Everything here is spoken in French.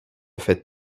faites